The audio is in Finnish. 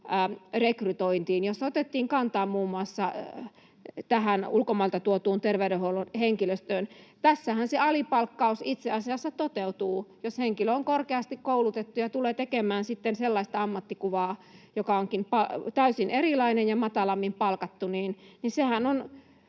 rekrytointiin, jossa otettiin kantaa muun muassa ulkomailta tuotuun terveydenhuollon henkilöstöön. Tässähän se alipalkkaus itse asiassa toteutuu, jos henkilö on korkeasti koulutettu ja tulee tekemään sellaista ammattikuvaa, joka onkin täysin erilainen ja matalammin palkattu. Sehän on